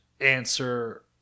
answer